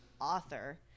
author